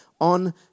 on